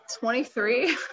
23